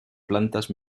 plantas